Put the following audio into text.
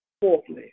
Fourthly